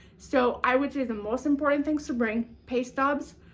so, i would say the most important things to bring pay stubs,